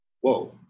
whoa